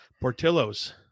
Portillo's